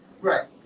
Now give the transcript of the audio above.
Right